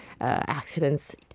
accidents